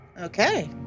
Okay